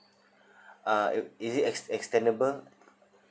uh it is it ex~ extendable